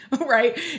right